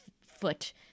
foot